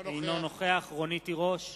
אינו נוכח רונית תירוש,